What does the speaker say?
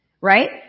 Right